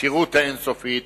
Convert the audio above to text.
במסירות אין-סופית